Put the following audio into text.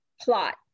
plot